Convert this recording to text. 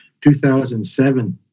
2007